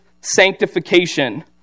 sanctification